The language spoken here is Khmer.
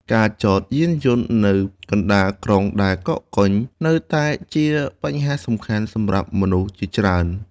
ការចតយានយន្តនៅកណ្តាលក្រុងដែលកកកុញ នៅតែជាបញ្ហាសំខាន់សម្រាប់មនុស្សជាច្រើន។